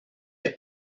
est